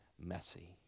messy